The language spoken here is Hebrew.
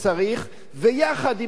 ויחד עם מה שעושה,